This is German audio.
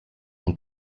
ein